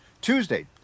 Tuesday